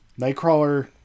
Nightcrawler